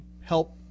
help